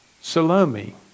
Salome